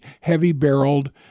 heavy-barreled